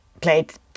played